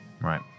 Right